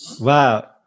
Wow